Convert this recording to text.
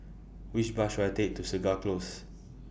Which Bus should I Take to Segar Close